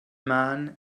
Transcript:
man